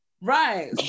Right